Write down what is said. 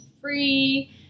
free